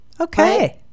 Okay